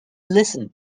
listened